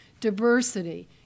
diversity